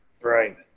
Right